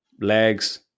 legs